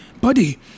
Buddy